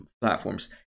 platforms